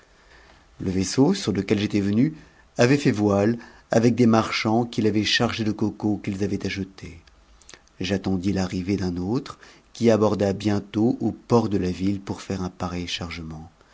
le vaisseau sur lequel j'étais venu avait fait voile avec des marchands qui l'avaient chargé de cocos qu'ils avaient achetés j'attendis l'arrivée d'un autre qui aborda bientôt au port de la ville pour faire un pareil chargement